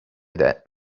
that